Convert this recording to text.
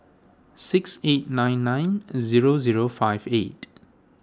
six eight nine nine zero zero five eight